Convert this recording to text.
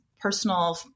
personal